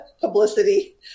publicity